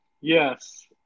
Yes